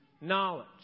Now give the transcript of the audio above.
knowledge